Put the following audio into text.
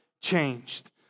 changed